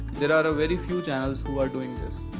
there are a very few channels who are doing this.